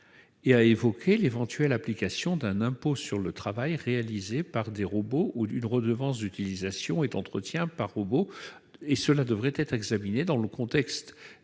et a évoqué « l'éventuelle application d'un impôt sur le travail réalisé par des robots ou d'une redevance d'utilisation et d'entretien par robot. Cela devrait être examiné dans le contexte